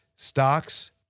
Stocks